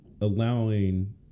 allowing